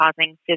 causing